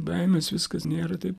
baimės viskas nėra taip